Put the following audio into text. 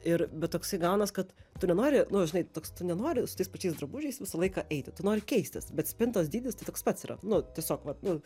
ir bet toksai gaunas kad tu nenori nu žinai tu nenori su tais pačiais drabužiais visą laiką eiti tu nori keistis bet spintos dydis tai toks pats yra nu tiesiog vat nu